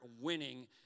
winning